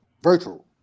Virtual